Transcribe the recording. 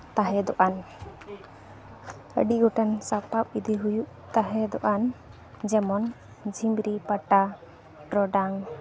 ᱛᱟᱦᱮᱸᱫᱚᱜ ᱟᱱ ᱟᱹᱰᱤ ᱜᱚᱴᱟᱝ ᱥᱟᱯᱟᱵ ᱤᱫᱤ ᱦᱩᱭᱩᱜ ᱛᱟᱦᱮᱸᱫᱚᱜ ᱟᱱ ᱡᱮᱢᱚᱱ ᱡᱷᱤᱢᱨᱤ ᱯᱟᱴᱟ ᱴᱚᱨᱚᱰᱟᱝ